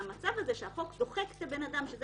המצב שהחוק דוחק את הבן-אדם למצב שזה